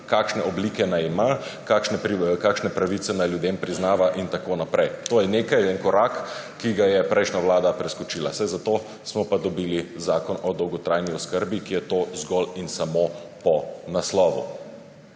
kakšne oblike naj ima, kakšne pravice naj ljudem priznava in tako naprej. To je en korak, ki ga je prejšnja vlada preskočila – saj zato smo pa dobili zakon o dolgotrajni oskrbi, ki je to zgolj in samo po naslovu.